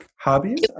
Hobbies